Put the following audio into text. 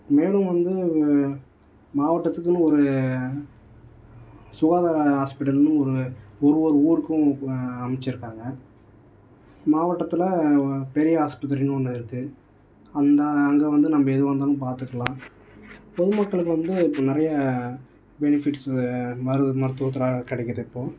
மேலும் வந்து மாவட்டத்துக்குன்னு ஒரு சுகாதார ஹாஸ்பிட்டல்ன்னு ஒரு ஒரு ஒரு ஊருக்கும் அனுப்பிசிருக்காங்க மாவட்டத்தில் ஓ பெரிய ஹாஸ்பத்திரின்னு ஒன்று இருக்கு அங்கதான் அங்கே வந்து நம்ம எதுவாகருந்தாலும் பார்த்துக்கலாம் பொது மக்களுக்கு வந்து இப்போ நிறையா ஃபெனிபிட்ஸ்ஸு மரு மருத்துவத்தில் கிடைக்குது இப்போ